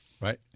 right